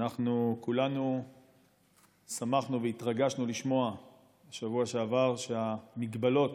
אנחנו כולנו שמחנו והתרגשנו לשמוע בשבוע שעבר שההגבלות